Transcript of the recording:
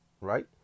right